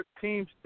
teams